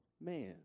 man